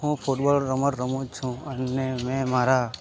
હું ફૂટબોલ રમત રમું છું અને મેં મારા